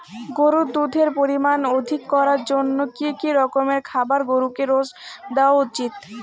গরুর দুধের পরিমান অধিক করার জন্য কি কি রকমের খাবার গরুকে রোজ দেওয়া উচিৎ?